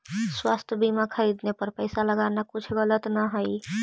स्वास्थ्य बीमा खरीदने पर पैसा लगाना कुछ गलत न हई